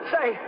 Say